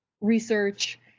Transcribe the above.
research